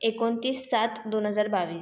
एकोणतीस सात दोन हजार बावीस